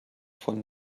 von